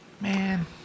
Man